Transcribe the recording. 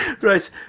Right